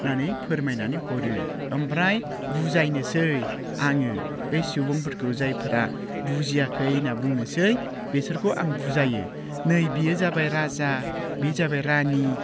होनानै फोरमायनानै हरो ओमफ्राय बुजायनोसै आङो बै सुबुंफोरखौ जायफ्रा बुजियाखै होनना बुंनोसै बिसोरखौ आं बुजायो नै बियो जाबाय राजा बि जाबाय रानि